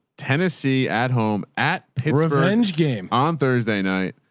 tennessee at home at pittsburgh game on thursday night,